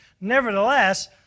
Nevertheless